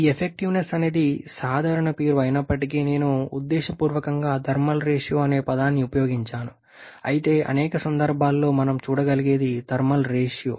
ఈ ఎఫెక్టివ్నెస్ అనేది సాధారణ పేరు అయినప్పటికీ నేను ఉద్దేశపూర్వకంగా థర్మల్ రేషియో అనే పదాన్ని ఉపయోగించాను అయితే అనేక సందర్భాల్లో మనం చూడగలిగేది థర్మల్ రేషియో